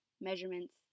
measurements